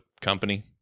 company